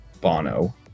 Bono